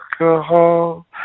alcohol